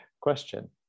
question